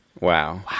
Wow